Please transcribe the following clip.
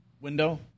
window